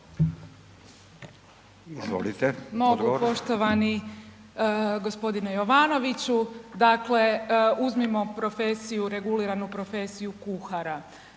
izvolite